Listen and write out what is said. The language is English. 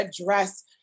address